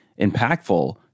impactful